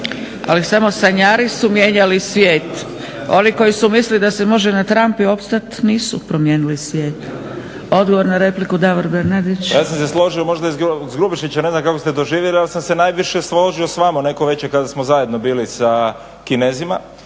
Ali samo sanjari su mijenjali svijet. Oni koji su mislili da se može na trampi ostati nisu promijenili svijet. Odgovor na repliku Davor Bernardić. **Bernardić, Davor (SDP)** Ja sam se složio možda s Grubišićem, ne znam kako ste doživjeli, ali sam se najviše složio s vama neko veće kada smo zajedno bili sa Kinezima,